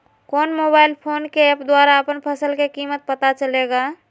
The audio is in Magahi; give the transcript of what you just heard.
कौन मोबाइल फोन ऐप के द्वारा अपन फसल के कीमत पता चलेगा?